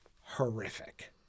Horrific